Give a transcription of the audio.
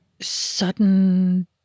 sudden